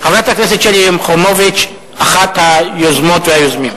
חברת הכנסת שלי יחימוביץ, אחת היוזמות והיוזמים.